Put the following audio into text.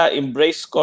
embrace